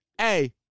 hey